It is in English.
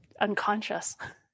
unconscious